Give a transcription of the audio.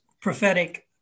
Prophetic